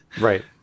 Right